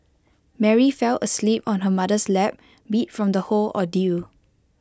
Mary fell asleep on her mother's lap beat from the whole ordeal